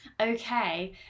okay